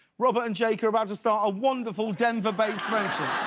robert and jake are about to start a wonderful denver-based friendship.